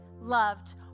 loved